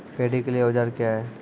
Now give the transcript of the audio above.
Paddy के लिए औजार क्या हैं?